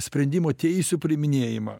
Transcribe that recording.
sprendimo teisių priiminėjimą